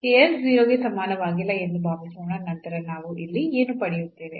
ಈ s 0 ಗೆ ಸಮಾನವಾಗಿಲ್ಲ ಎಂದು ಭಾವಿಸೋಣ ನಂತರ ನಾವು ಇಲ್ಲಿ ಏನು ಪಡೆಯುತ್ತೇವೆ